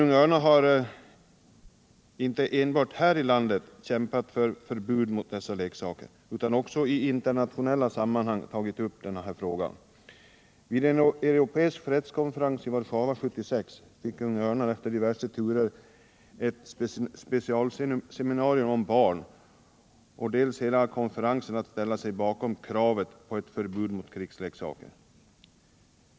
Unga Örnar har inte enbart här i landet kämpat för förbud mot dessa leksaker utan också i internationella samman hang tagit upp denna fråga. Vid en europeisk fredskonferens i Warszawa år 1976 fick Unga Örnar efter diverse turer dels ett specialseminarium om barn, dels hela konferensen att ställa upp bakom kravet på ett förbud mot krigsleksaker.